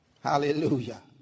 Hallelujah